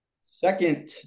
Second